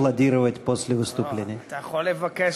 (אומר דברים בשפה הרוסית) אתה יכול לבקש